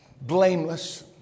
blameless